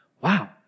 wow